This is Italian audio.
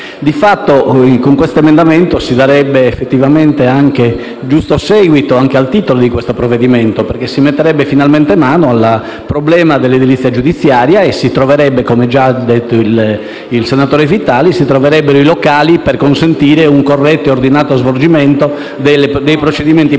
Di fatto, con questo emendamento si darebbe giusto seguito anche al titolo di questo provvedimento, perché si metterebbe finalmente mano al problema dell'edilizia giudiziaria e si troverebbero i locali, come già ha detto il senatore Vitali, per consentire un corretto e ordinato svolgimento dei procedimenti penali.